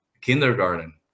Kindergarten